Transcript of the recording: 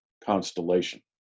constellation